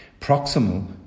Proximal